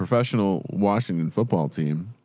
professional washington football team.